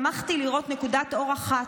שמחתי לראות נקודת אור אחת,